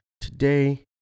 Today